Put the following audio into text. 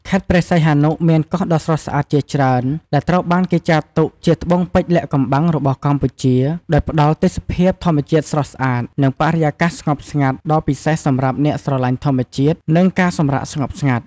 ខេត្តព្រះសីហនុមានកោះដ៏ស្រស់ស្អាតជាច្រើន ដែលត្រូវបានគេចាត់ទុកជាត្បូងពេជ្រលាក់កំបាំងរបស់កម្ពុជា ដោយផ្ដល់ទេសភាពធម្មជាតិស្រស់ស្អាត និងបរិយាកាសស្ងប់ស្ងាត់ដ៏ពិសេសសម្រាប់អ្នកស្រឡាញ់ធម្មជាតិ និងការសម្រាកស្ងប់ស្ងាត់។